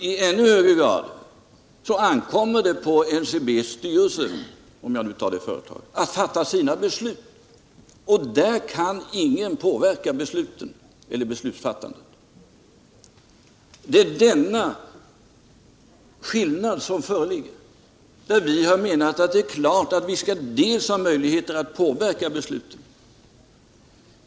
I ännu högre grad ankommer det på NCB:s styrelse, för att ta det företaget, att fatta sina beslut. Ingen kan påverka besluten eller beslutsfattarna. Det är denna skillnad som föreligger. Vi har menat att det är klart att vi skall ha möjligheter att påverka besluten.